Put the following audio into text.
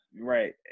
Right